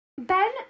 Ben